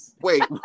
Wait